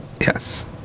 yes